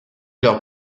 leur